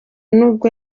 nubwo